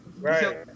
Right